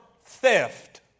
theft